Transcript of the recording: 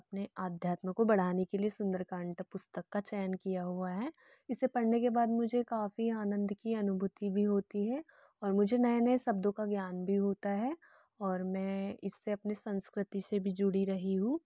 अपने अध्यात्म को बढ़ाने के लिए सुंदरकांड पुस्तक का चयन किया हुआ है इसे पढ़ने के बाद मुझे काफ़ी आनंद की अनुभूति होती है और मुझे नए नए शब्दों का ज्ञान भी होता है और मैं इससे अपनी संस्कृति से भी जुड़ी रही हूँ